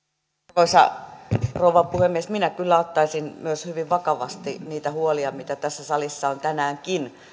arvoisa rouva puhemies minä kyllä ottaisin myös hyvin vakavasti ne huolet mitä tässä salissa on tänäänkin